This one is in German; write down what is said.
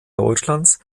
deutschlands